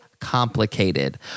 complicated